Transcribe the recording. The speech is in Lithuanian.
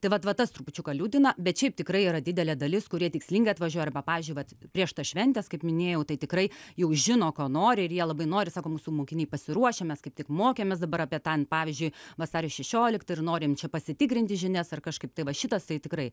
tai vat vat tas trupučiuką liūdina bet šiaip tikrai yra didelė dalis kurie tikslingai atvažiuoja arba pavyzdžiui vat prieš tas šventes kaip minėjau tai tikrai juk žino ko nori ir jie labai nori sako mūsų mokiniai pasiruošę mes kaip tik mokėmės dabar apie tą pavyzdžiui vasario šešioliktą ir norim čia pasitikrinti žinias ar kažkaip tai va šitas tai tikrai